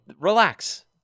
relax